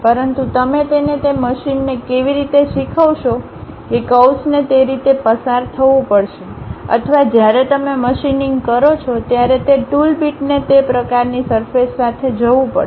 પરંતુ તમે તેને તે મશીનને કેવી રીતે શીખવશો કે કર્વ્સને તે રીતે પસાર થવું પડશે અથવા જ્યારે તમે મશીનિંગ કરો છો ત્યારે તે ટૂલ બીટને તે પ્રકારની સરફેસ સાથે જવું પડશે